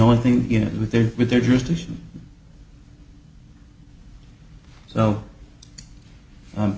only thing you know with their with their jurisdiction so